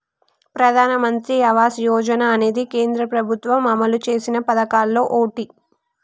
ప్రధానమంత్రి ఆవాస యోజన అనేది కేంద్ర ప్రభుత్వం అమలు చేసిన పదకాల్లో ఓటి